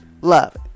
love